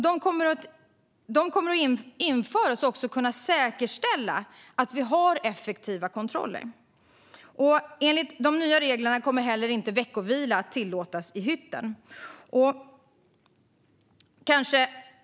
De kommer att införas för att säkerställa effektiva kontroller. Enligt de nya reglerna kommer heller inte veckovila att tillåtas i hytten.